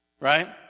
Right